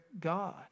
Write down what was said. God